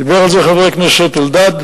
דיבר על זה חבר הכנסת אלדד.